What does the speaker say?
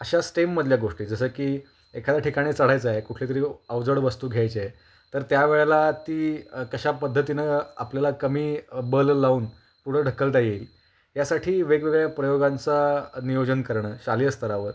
अशा स्टेममधल्या गोष्टी जसं की एखाद्या ठिकाणी चढायचं आहे कुठली तरी अवजड वस्तू घ्यायची आहे तर त्या वेळेला ती कशा पद्धतीनं आपल्याला कमी बल लावून पुढं ढकलता येईल यासाठी वेगवेगळ्या प्रयोगांचा नियोजन करणं शालेय स्तरावर